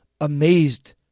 amazed